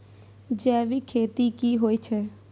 जैविक खेती की होए छै?